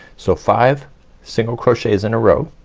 so five single crochets in a row.